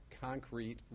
concrete